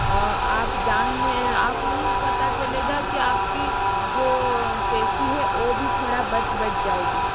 और आप जानने आप नही पता चलेगा कि आपकी जो पेशी है वो भी थोड़ा बच बच जाएगी